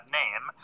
name